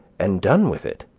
and done with it.